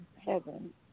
heaven